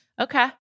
Okay